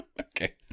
Okay